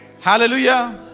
Hallelujah